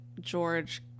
george